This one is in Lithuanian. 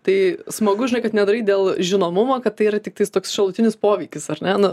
tai smagu žinai kad nedaryt dėl žinomumo kad tai yra tiktais toks šalutinis poveikis ar ne nu